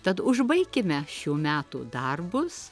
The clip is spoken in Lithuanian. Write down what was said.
tad užbaikime šių metų darbus